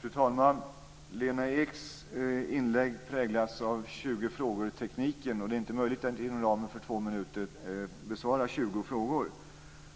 Fru talman! Lena Eks inlägg präglas av 20 frågortekniken. Det är inte möjligt att inom ramen för två minuter besvara 20 frågor.